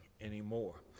anymore